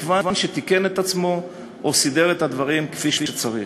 מכיוון שתיקן את עצמו או סידר את הדברים כפי שצריך.